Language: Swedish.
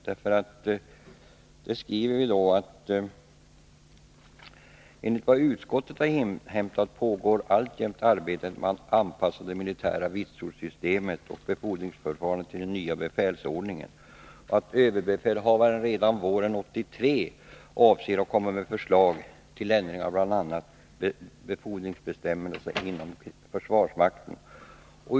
Vi skriver i betänkandet: rande för militära ”Enligt vad utskottet har inhämtat pågår alltjämt arbetet med att anpassa — tjänster befälsordningen. ——- Överbefälhavaren avser att under våren 1983 komma försvarsmakten.